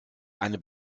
eine